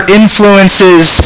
influences